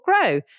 grow